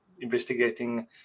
investigating